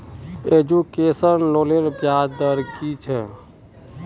Education लोनेर ब्याज दर कि छे?